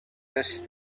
this